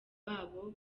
babo